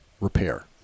Repair